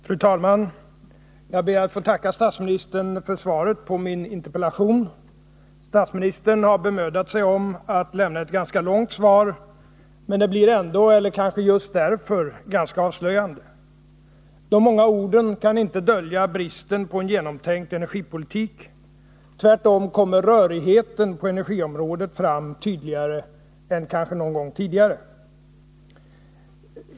Fru talman! Jag ber att få tacka statsministern för svaret på min interpellation. Statsministern har bemödat sig om att lämna ett ganska långt svar, men det blir ändå — eller kanske just därför — ganska avslöjande. De många orden kan inte dölja bristen på en genomtänkt energipolitik. Tvärtom kommer rörigheten på energiområdet fram tydligare än kanske någon gång tidigare.